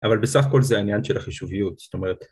אבל בסך כל זה העניין של החישוביות, זאת אומרת.